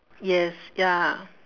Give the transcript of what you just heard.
yes ya